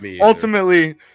ultimately